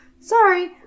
sorry